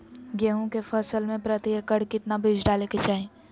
गेहूं के फसल में प्रति एकड़ कितना बीज डाले के चाहि?